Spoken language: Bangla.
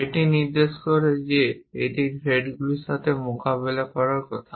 এটি নির্দেশ করে যে এটি থ্রেডগুলির সাথে মোকাবিলা করার কথা